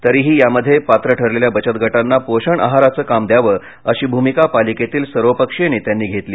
तरीही यामध्ये पात्र ठरलेल्या बचत गटांना पोषण आहाराचं काम दयावं अशी भूमिका पालिकेतील सर्वपक्षीय नेत्यांनी घेतली